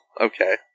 Okay